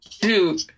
Dude